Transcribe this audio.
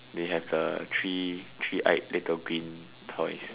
they have the three three eyed little green toy